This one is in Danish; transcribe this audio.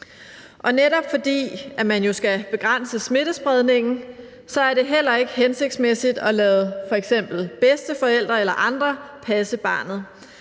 Og netop fordi man jo skal begrænse smittespredningen, er det heller ikke hensigtsmæssigt at lade f.eks. bedsteforældre eller andre passe barnet.